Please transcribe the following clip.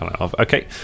Okay